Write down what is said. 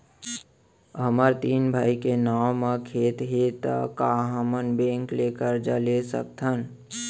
हमर तीन भाई के नाव म खेत हे त का हमन बैंक ले करजा ले सकथन?